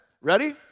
Ready